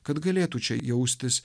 kad galėtų čia jaustis